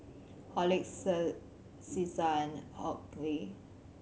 Horlicks Cesar and Oakley